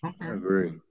agree